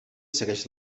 segueix